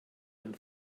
ein